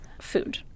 food